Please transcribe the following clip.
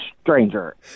stranger